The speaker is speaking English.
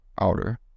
outer